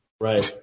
right